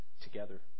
together